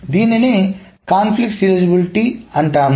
దీనినే సంఘర్షణ సీరియలైజేబిలిటీ అంటాము